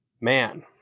man